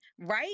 right